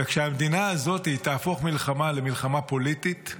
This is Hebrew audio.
וכשהמדינה הזאת תהפוך מלחמה למלחמה פוליטית,